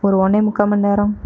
ஒரு ஒன்றே முக்கால் மணி நேரம்